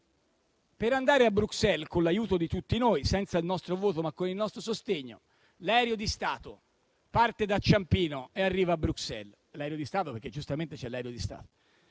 per andare a Bruxelles con l'aiuto di tutti noi - senza il nostro voto, ma con il nostro sostegno - l'aereo di Stato parte da Ciampino e arriva a Bruxelles. E dico l'aereo di Stato, perché giustamente c'è l'aereo di Stato.